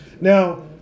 Now